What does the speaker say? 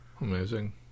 Amazing